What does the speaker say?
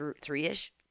three-ish